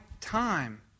time